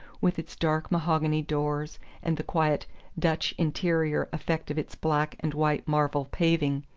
with its dark mahogany doors and the quiet dutch interior effect of its black and white marble paving,